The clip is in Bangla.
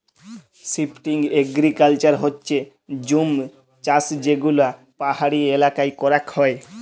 শিফটিং এগ্রিকালচার হচ্যে জুম চাষযেগুলা পাহাড়ি এলাকায় করাক হয়